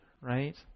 right